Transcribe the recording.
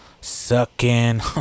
sucking